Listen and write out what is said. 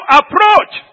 approach